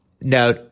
Now